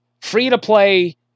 Free-to-Play